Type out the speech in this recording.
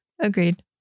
Agreed